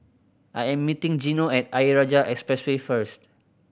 I am meeting Gino at Ayer Rajah Expressway first